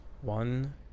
One